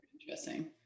interesting